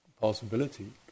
possibility